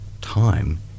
Time